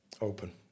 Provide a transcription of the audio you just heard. Open